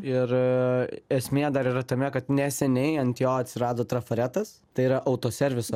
ir esmė dar yra tame kad neseniai ant jo atsirado trafaretas tai yra autoserviso